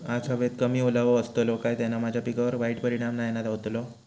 आज हवेत कमी ओलावो असतलो काय त्याना माझ्या पिकावर वाईट परिणाम नाय ना व्हतलो?